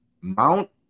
mount